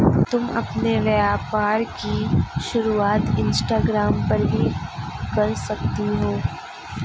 तुम अपने व्यापार की शुरुआत इंस्टाग्राम पर भी कर सकती हो